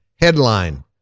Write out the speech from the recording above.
headline